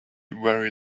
very